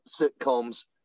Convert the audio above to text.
sitcoms